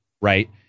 right